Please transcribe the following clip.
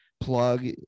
plug